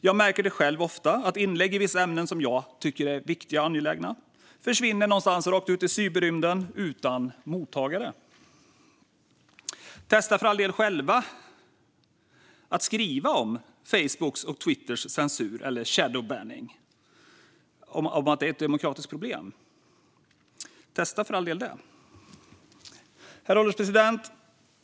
Jag märker det ofta själv: Inlägg i vissa ämnen, som jag tycker är viktiga och angelägna, försvinner rakt ut i cyberrymden utan mottagare. Testa för all del själva att skriva om att Facebooks och Twitters censur eller shadow banning är ett demokratiskt problem! Herr ålderspresident!